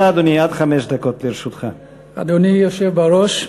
אדוני היושב-ראש,